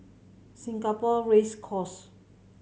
Singapore Race Course